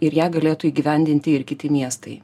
ir ją galėtų įgyvendinti ir kiti miestai